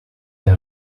der